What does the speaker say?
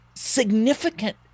significant